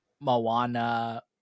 Moana